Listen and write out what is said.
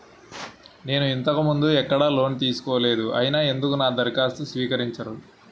నేను ఇంతకు ముందు ఎక్కడ లోన్ తీసుకోలేదు అయినా ఎందుకు నా దరఖాస్తును తిరస్కరించారు?